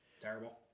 Terrible